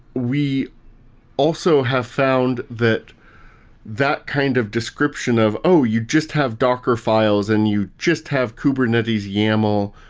we also have found that that kind of description of, oh! you just have docker files and you just have kubernetes yaml.